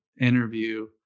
interview